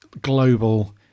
global